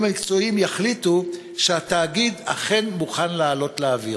המקצועיים יחליטו שהתאגיד אכן מוכן לעלות לאוויר?